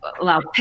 allow